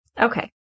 Okay